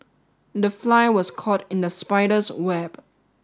the fly was caught in the spider's web